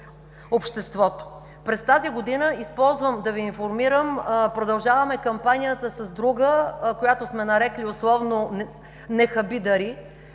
обществото. През тази година, използвам да Ви информирам, продължаваме кампанията с друга, която сме нарекли условно „Не хаби